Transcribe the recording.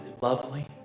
lovely